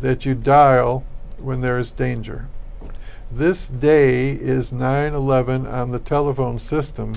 that you dial when there is danger to this day is night eleven on the telephone system